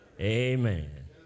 amen